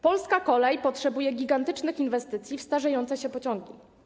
Polska kolej potrzebuje gigantycznych inwestycji w starzejące się pociągi.